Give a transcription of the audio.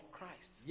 Christ